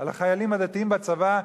על החיילים הדתיים בצבא,